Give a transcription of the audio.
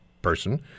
person